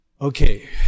Okay